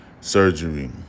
surgery